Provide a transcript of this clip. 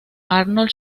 arnold